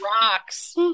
rocks